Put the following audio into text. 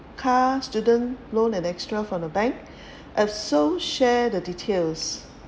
car student loan an extra from the bank uh so share the details